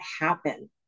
happen